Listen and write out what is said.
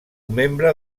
membre